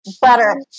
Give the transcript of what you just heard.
Butter